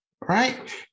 Right